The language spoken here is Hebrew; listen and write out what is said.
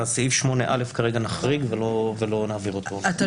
אז כרגע נחריג את הסעיף הזה ולא נעביר אותו כאן.